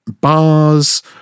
bars